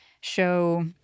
show